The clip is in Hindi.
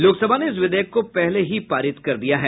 लोकसभा ने इस विधेयक को पहले ही पारित कर दिया है